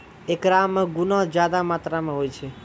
एकरा मे गुना ज्यादा मात्रा मे होय छै